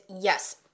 yes